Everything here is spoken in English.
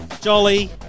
Jolly